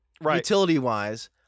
utility-wise